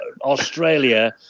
Australia